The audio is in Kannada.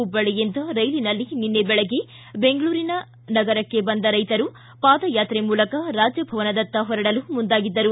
ಹುಬ್ಬಳ್ಳಯಿಂದ ರೈಲಿನಲ್ಲಿ ನಿನ್ನೆ ದೆಳಗ್ಗೆ ಬೆಂಗಳೂರು ನಗರಕ್ಕೆ ಬಂದ ರೈತರು ಪಾದಯಾತ್ರೆ ಮೂಲಕ ರಾಜಭವನದತ್ತ ಹೊರಡಲು ಮುಂದಾಗಿದ್ದರು